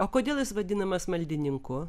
o kodėl jis vadinamas maldininku